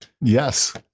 yes